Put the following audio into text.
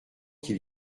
qu’il